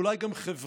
ואולי גם חברתית,